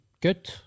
Good